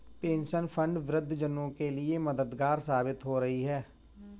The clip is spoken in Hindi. पेंशन फंड वृद्ध जनों के लिए मददगार साबित हो रही है